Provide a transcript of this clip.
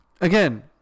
again